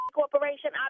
corporation